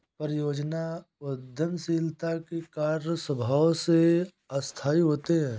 परियोजना उद्यमशीलता के कार्य स्वभाव से अस्थायी होते हैं